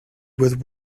with